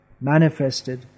manifested